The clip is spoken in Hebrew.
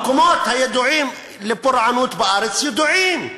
המקומות המועדים לפורענות בארץ ידועים,